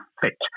fit